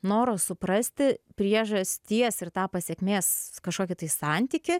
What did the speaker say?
noro suprasti priežasties ir tą pasekmės kažkokį tai santykį